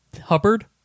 Hubbard